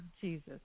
Jesus